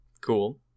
Cool